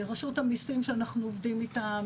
רשות המסים שאנחנו עובדים איתם,